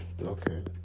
Okay